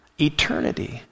eternity